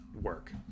work